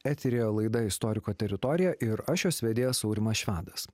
eteryje laidą istoriko teritorija ir aš jos vedėjas aurimas švedas